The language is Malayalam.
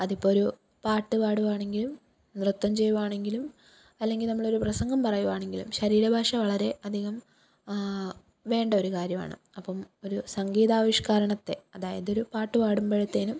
അതിപ്പം ഒരു പാട്ട് പാടുവാണെങ്കിലും നൃത്തം ചെയ്യുവാണെങ്കിലും അല്ലെങ്കിൽ നമ്മളൊരു പ്രസംഗം പറയുവാണെങ്കിലും ശരീരഭാഷ വളരെ അധികം വേണ്ടൊരു കാര്യമാണ് അപ്പം ഒരു സംഗീതാവിഷ്ക്കരണത്തെ അതായതൊരു പാട്ടു പാടുമ്പോഴത്തേനും